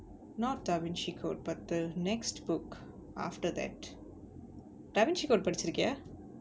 not da vinci code but the next book after that da vinci code படிச்சுறிக்கியா:padichurikkiyaa